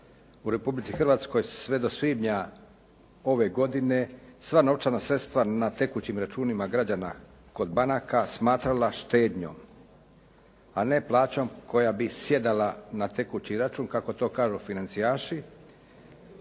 u Republici Hrvatskoj sve do svibnja ove godine sva novčana sredstva na tekućim računima građana kod banaka smatrala štednjom, a ne plaćom koja bi sjedala na tekući račun, kako to kažu financijaši.